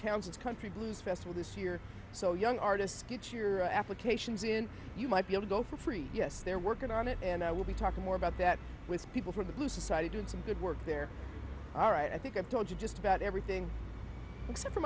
townsend country blues festival this year so young artists get your applications in you might be able go for free yes they're working on it and i will be talking more about that with people from the blue society doing some good work there all right i think i've told you just about everything except for